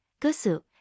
Gusu